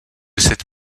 cette